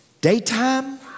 Daytime